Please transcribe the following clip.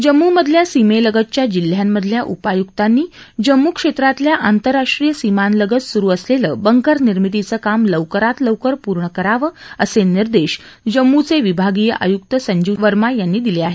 जम्मूमधल्या सीमेलगतच्या जिल्ह्यांमधल्या उपाय्क्तांनी जम्मू क्षेत्रातल्या आंतरराष्ट्रीय सीमांलगत स्रु असलेलं बंकर निर्मितीचं काम लवकरात लवकर पूर्ण करावं असे निर्देश जम्मूचे विभागीय आय्क्त संजीव वर्मा यांनी दिले आहेत